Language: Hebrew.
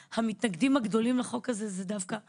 המתנגדים הגדולים לחוק הזה זה דווקא הצבא,